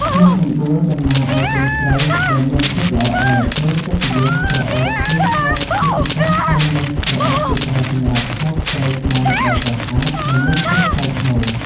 ឈ្មោះរំដួល តំណាងអោយកូនស្រី ដែលមានភាពល្អឯក មានកិត្តិយសក្រអូបឈ្ងុយឈ្ងប់ ជាពិសេសឈ្មោះនេះត្រូវបានគេប្រើសម្រាប់ហៅស្ត្រីខ្មែរដ៏ស្រស់ស្អាត និងមានភាពថ្លៃថ្នូរ។